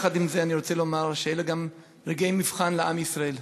יחד עם זה אני רוצה לומר שאלה גם רגעי מבחן לעם ישראל,